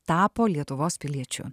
tapo lietuvos piliečiu